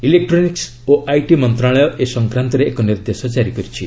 electronics ଓ IT ମନ୍ତ୍ରଣାଳୟ ଏ ସଫକ୍ରାନ୍ତରେ ଏକ ନିର୍ଦ୍ଦେଶ ଜାରି କରିଛି